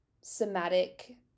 somatic